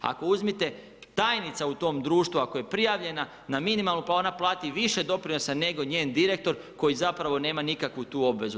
Ako uzmete tajnica u tom društvu, ako je prijavljena na minimalnu pa ona plati više doprinosa nego njen direktor koji zapravo nema nikakvu tu obvezu.